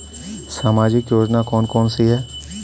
सामाजिक योजना कौन कौन सी हैं?